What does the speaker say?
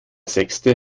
sechste